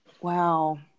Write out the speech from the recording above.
Wow